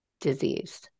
disease